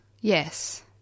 Yes